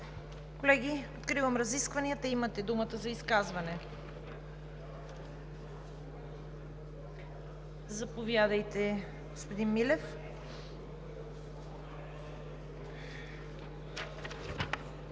Колеги, откривам разискванията. Имате думата за изказвания. Заповядайте, господин Милев.